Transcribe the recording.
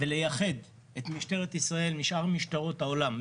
ולייחד את משטרת ישראל משאר משטרות העולם.